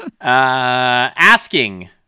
Asking